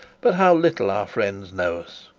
but how little our friends know us!